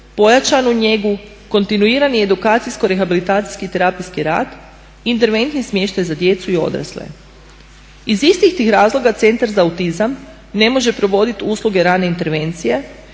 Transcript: pojačanu njegu, kontinuirani edukacijsko-rehabilitacijski terapijski rad, interventni smještaj za djecu i odrasle. Iz istih tih razloga Centar za autizam ne može provoditi usluge rane intervencije